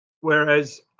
Whereas